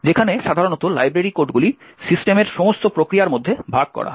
যেখানে সাধারণত লাইব্রেরি কোডগুলি সিস্টেমের সমস্ত প্রক্রিয়ার মধ্যে ভাগ করা হয়